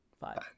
five